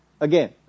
again